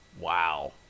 Wow